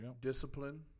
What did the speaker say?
discipline